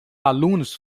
alunos